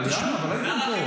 אבל הייתם פה.